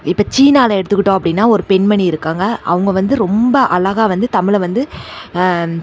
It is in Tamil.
இப்போ சீனாவில் எடுத்துகிட்டோம் அப்படினா ஒரு பெண்மணி இருக்காங்க அவங்க வந்து ரொம்ப அழகா வந்து தமிழை வந்து